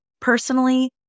personally